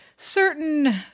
Certain